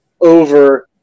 over –